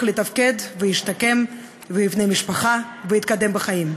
לתפקד וישתקם ויבנה משפחה ויתקדם בחיים.